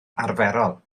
arferol